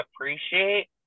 appreciate